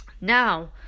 now